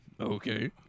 Okay